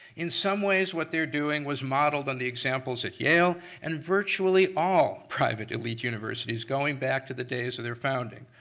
in some ways what they're doing was modeled on the examples at yale and virtually all private elite universities going back to the days of their founding.